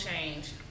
change